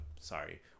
Sorry